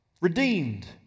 Redeemed